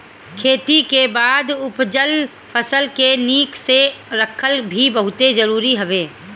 खेती के बाद उपजल फसल के निक से रखल भी बहुते जरुरी हवे